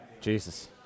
Jesus